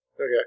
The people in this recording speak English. Okay